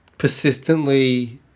persistently